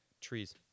Trees